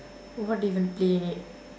what do you even play in it